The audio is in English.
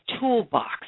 toolbox